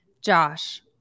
Josh